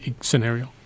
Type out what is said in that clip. scenario